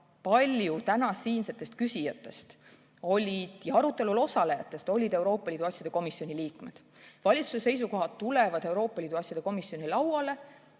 paljud siinsetest küsijatest ja arutelul osalejatest olid Euroopa Liidu asjade komisjoni liikmed. Valitsuse seisukohad tulevad Euroopa Liidu asjade komisjoni lauale.